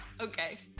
okay